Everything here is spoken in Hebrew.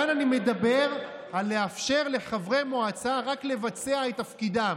כאן אני מדבר על לאפשר לחברי מועצה רק לבצע את תפקידם,